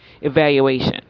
evaluation